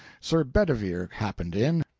sir bedivere happened in,